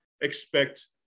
expect